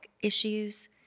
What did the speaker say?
issues